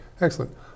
Excellent